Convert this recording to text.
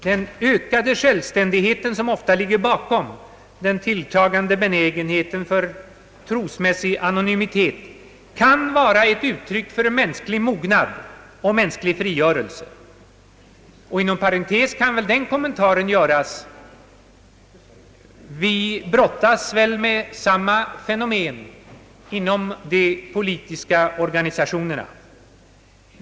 Den ökade självständighet, som ofta ligger bakom den tilltagande benägenheten för trosmässig anonymitet, kan vara ett uttryck för mognad och mänsklig frigörelse. Inom parentes kan väl här den kommentaren göras, att vi brottas med samma fenomen inom de politiska organisationerna.